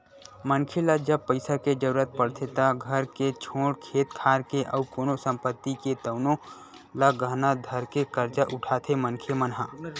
मनखे ल जब पइसा के जरुरत पड़थे त घर के छोड़े खेत खार के अउ कोनो संपत्ति हे तउनो ल गहना धरके करजा उठाथे मनखे मन ह